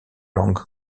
langue